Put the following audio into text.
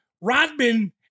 Rodman